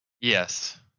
yes